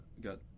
got